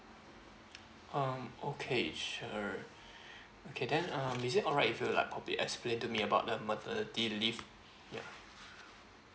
um okay sure okay then um is it alright if you like probably explain to me about the maternity leave ya